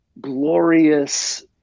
glorious